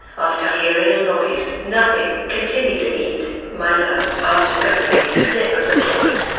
after hearing a noise. nothing. continue to eat, my love! after covering his slip of the fist,